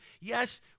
yes